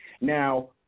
Now